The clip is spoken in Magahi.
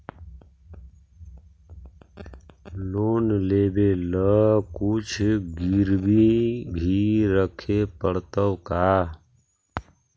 लोन लेबे ल कुछ गिरबी भी रखे पड़तै का?